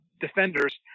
defenders